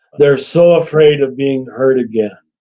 they're so afraid of being hurt again.